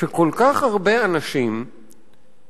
שכל כך הרבה אנשים התגלגלו,